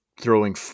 throwing